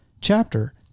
chapter